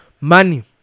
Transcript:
money